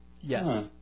Yes